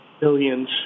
billions